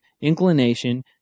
inclination